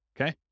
okay